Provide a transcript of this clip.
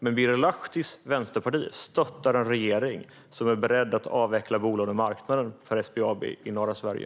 Men Birger Lahtis vänsterparti stöttar en regering som är beredd att avveckla bolånemarknaden för SBAB i norra Sverige.